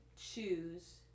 choose